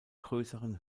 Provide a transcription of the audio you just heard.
größeren